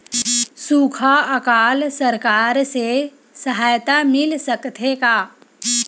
सुखा अकाल सरकार से सहायता मिल सकथे का?